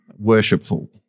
worshipful